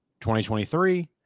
2023